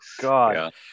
God